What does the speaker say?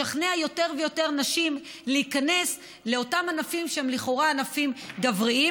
לשכנע יותר ויותר נשים להיכנס לאותם ענפים שהם לכאורה ענפיים גבריים,